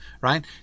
Right